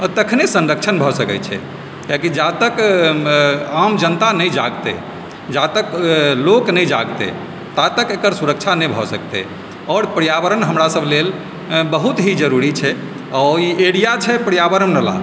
आ तखने संरक्षण भऽ सकैत छै किआकि जा तक आम जनता नहि जागतय जा तक लोक नहि जागतय ता तक एकर सुरक्षा नहि भऽ सकतय आओर पर्यावरण हमरासभ लेल बहुत ही जरुरी छै आ ई एरिया छै पर्यावरण वाला